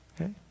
Okay